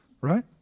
right